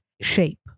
shape